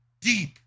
deep